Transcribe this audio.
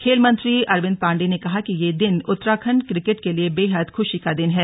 खेल मंत्री अरविंद पांडेय ने कहा कि ये दिन उत्तराखंड क्रिकेट के लिए बेहद खुशी का दिन है